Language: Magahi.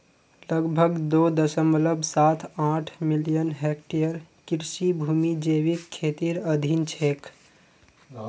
लगभग दो दश्मलव साथ आठ मिलियन हेक्टेयर कृषि भूमि जैविक खेतीर अधीन छेक